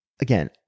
again